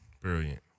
Brilliant